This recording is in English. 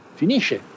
finisce